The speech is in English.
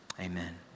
amen